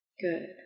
Good